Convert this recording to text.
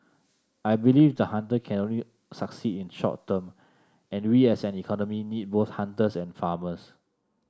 I believe the hunter can only succeed in short term and we as an economy need both hunters and farmers